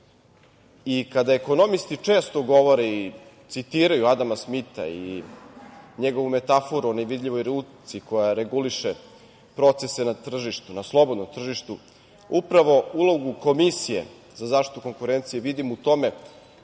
Kada ekonomisti često govore i citiraju Adama Smita i njegovu metaforu o nevidljivoj ruci koja reguliše procese na tržištu, na slobodnom tržištu upravo ulogu Komisije za zaštitu konkurencije vidim u tome